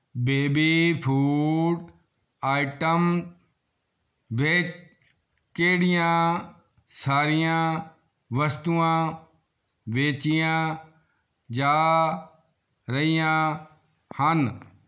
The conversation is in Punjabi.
ਬੇਬੀ ਫੂਡ ਆਇਟਮ ਵਿੱਚ ਕਿਹੜੀਆਂ ਸਾਰੀਆਂ ਵਸਤੂਆਂ ਵੇਚੀਆਂ ਜਾ ਰਹੀਆਂ ਹਨ